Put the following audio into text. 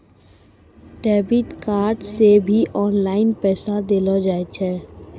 debit card से भी online पैसा देलो जाय छै